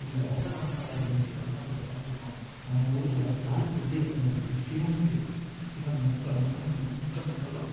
இல்லை ஒத்தக்கண்ணன்னா யார் நெற்றில வந்து அவனுக்கு ஒரு கண் இருக்கும் நம்ம ஊரில் யாருக்கு நெற்றில கண் இருக்குது சிவனுக்கு சிவன் முக்க முக்க முக்கண் முதல்வன்